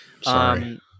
Sorry